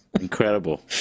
Incredible